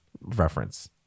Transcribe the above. reference